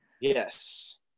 Yes